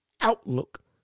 outlook